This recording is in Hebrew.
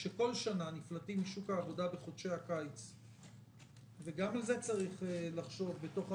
על פי